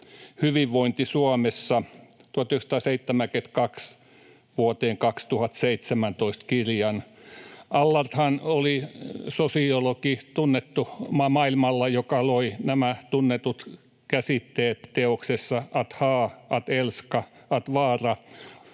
hyvinvointi Suomessa 1972 ja 2017. Allardthan oli sosiologi, tunnettu maailmalla, joka loi nämä tunnetut käsitteet teoksessa ”Att ha, att älska, att vara: